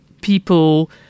people